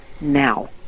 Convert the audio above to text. now